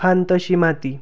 खाण तशी माती